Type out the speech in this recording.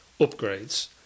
upgrades